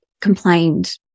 complained